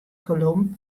kolom